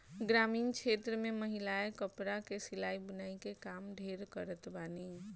ग्रामीण क्षेत्र में महिलायें कपड़ा कअ सिलाई बुनाई के काम ढेर करत बानी